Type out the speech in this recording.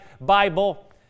Bible